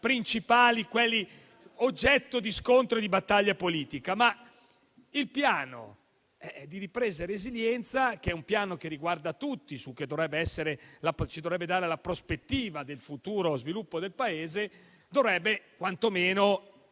principali oggetto di scontro e di battaglia politica. Ma il Piano di ripresa e resilienza, che riguarda tutti e dovrebbe darci la prospettiva del futuro sviluppo del Paese, dovrebbe però quanto meno